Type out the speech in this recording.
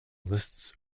list